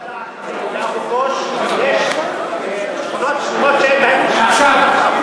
באבו-גוש יש שכונות שלמות שאין בהן חשמל.